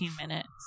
minutes